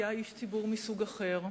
היה איש ציבור מסוג אחר,